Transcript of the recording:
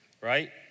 right